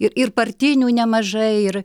ir ir partinių nemažai ir